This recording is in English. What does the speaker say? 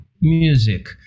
music